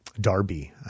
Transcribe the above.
Darby